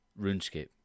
RuneScape